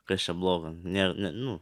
kas čia blogo ne nu